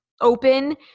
open